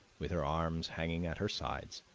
with her arms hanging at her sides,